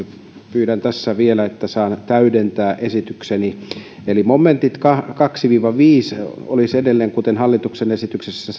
pyydän tässä vielä että saan täydentää esitykseni eli kaksi viiva viides momentit olisivat edelleen kuten hallituksen esityksessä